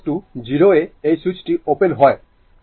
এবং t 0 এ এই সুইচটি ওপেন হয়